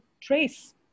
trace